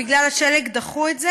בגלל השלג דחו את זה,